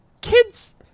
Kids